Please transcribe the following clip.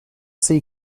see